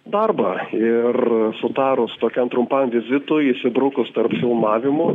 darbą ir sutarus tokiam trumpam vizitui įsibrukus tarp filmavimų